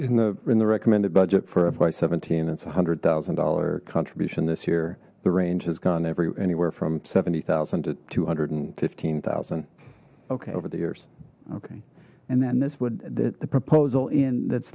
in the in the recommended budget for fy seventeen it's a hundred thousand dollar contribution this year the range has gone anywhere from seventy thousand to two hundred and fifteen thousand okay over the years okay and then this would the proposal in that's